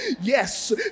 yes